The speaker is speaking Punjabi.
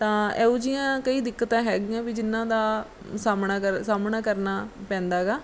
ਤਾਂ ਇਹੋ ਜਿਹੀਆਂ ਕਈ ਦਿੱਕਤਾਂ ਹੈਗੀਆਂ ਵੀ ਜਿਹਨਾਂ ਦਾ ਸਾਹਮਣਾ ਕਰ ਸਾਹਮਣਾ ਕਰਨਾ ਪੈਂਦਾ ਹੈਗਾ